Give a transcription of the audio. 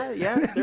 ah yeah, yeah